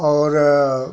और